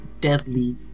deadly